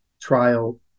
trial